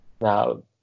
now